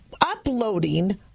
uploading